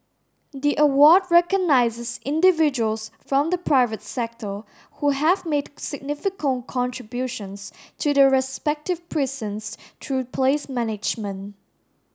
the award recognises individuals from the private sector who have made significant contributions to their respective precincts through place management